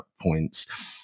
points